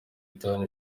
itanu